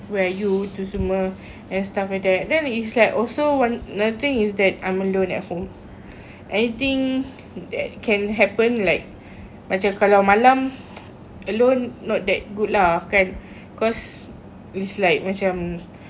where are you tu semua and stuff like that then it's like also one another thing is that I'm alone at home anything that can happen like macam kalau malam alone not that good lah kan cause it's like macam